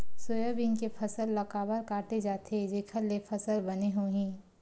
Soybean के फसल ल काबर काटे जाथे जेखर ले फसल बने होही?